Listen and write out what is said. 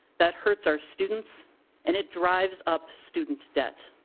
that hurts our students and it drives up student debt.